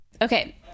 Okay